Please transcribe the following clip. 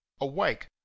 awake